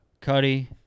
Cuddy